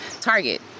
Target